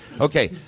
Okay